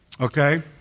okay